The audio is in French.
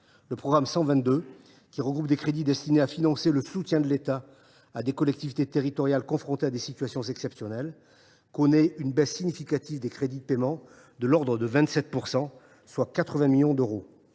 Le programme 122, qui regroupe des crédits destinés à financer le soutien de l’État à des collectivités territoriales confrontées à des situations exceptionnelles, subit une baisse significative de ses CP, de l’ordre de 27 %, soit 80 millions d’euros.